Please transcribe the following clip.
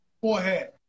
Forehead